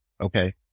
Okay